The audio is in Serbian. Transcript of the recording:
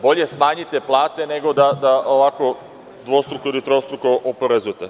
Bolje smanjite plate, nego da ovako dvostruko ili trostruko oporezujete.